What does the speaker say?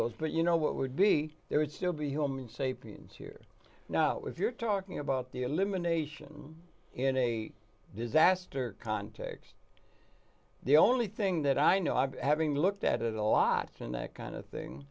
those but you know what would be there would still be home sapiens here now if you're talking about the elimination in a disaster context the only thing that i know i've having looked at a lot in that kind of thing